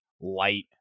light